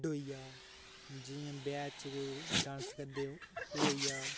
कुड्ढ होइया जि'यां ब्याह् च डांस करदे ओह् होई गेआ